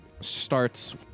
starts